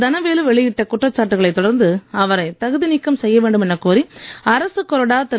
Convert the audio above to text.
தனவேலு வெளியிட்ட குற்றச்சாட்டுகளைத் தொடர்ந்து அவரைத் தகுதி நீக்கம் செய்யவேண்டுமனக் கோரி அரசுக் கொறடா திரு